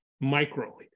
micro